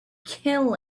kill